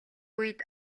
үед